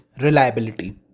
reliability